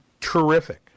terrific